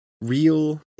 real